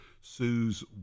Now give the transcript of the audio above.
sue's